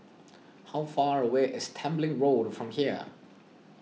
how far away is Tembeling Road from here